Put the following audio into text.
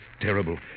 terrible